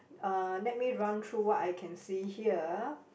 uh let me run through what I can see here